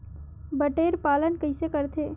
बटेर पालन कइसे करथे?